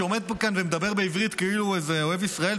שעומד כאן ומדבר בעברית כאילו הוא איזה אוהב ישראל,